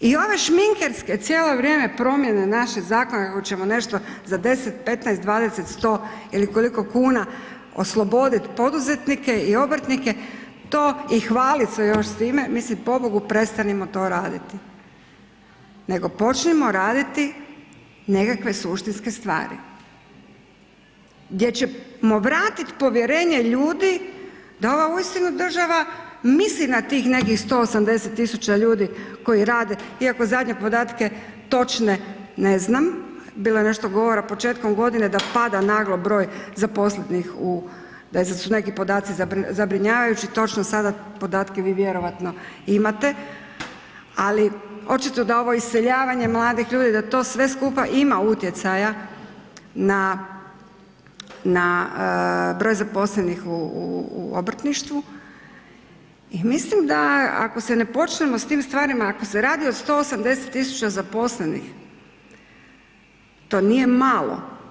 I ove šminkerske cijelo vrijeme promjene našeg zakona kako ćemo nešto za 10, 15, 20, 100 ili koliko kuna osloboditi poduzetnike i obrtnike i hvaliti se još s time, mislim pobogu prestanimo to raditi nego počnimo raditi nekakve suštinske stvari gdje ćemo vratiti povjerenje ljudi da ova uistinu država misli na tih nekih 180 tisuća ljudi koji rade iako zadnje podatke točne ne znam, bilo je nešto govora početkom godine da pada naglo broj zaposlenih u, da su neki podaci zabrinjavajući, točno sada podatke vi vjerojatno imate, ali očito da ovo iseljavanje mladih ljudi, da to sve skupa ima utjecaja na broj zaposlenih u obrtništvu i mislim da ako se ne počnemo s tim stvarima, ako se radi o 180 tisuća zaposlenih, to nije malo.